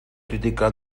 criticar